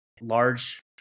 large